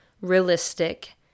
realistic